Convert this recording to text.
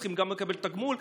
צריכים לקבל תגמול,